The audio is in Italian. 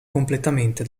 completamente